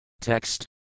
Text